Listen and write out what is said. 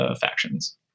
factions